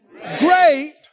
great